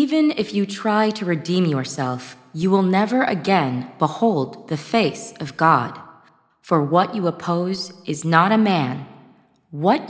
even if you try to redeem yourself you will never again behold the face of god for what you oppose is not a man what